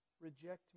Reject